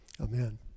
amen